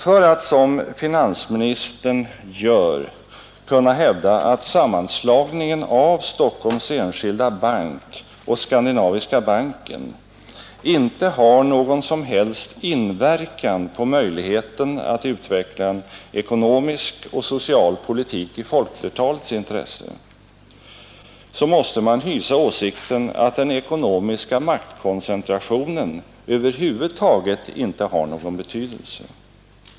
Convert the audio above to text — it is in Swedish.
För att som finansministern kunna hävda, att sammanslagningen av Stockholms enskilda bank och Skandinaviska banken inte har någon som helst inverkan på möjligheten att utveckla en ekonomisk och social politik i folkflertalets intresse, måste man hysa åsikten att den ekonomiska maktkoncentrationen över huvud taget inte har någon betydelse.